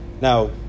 now